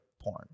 porn